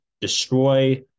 destroy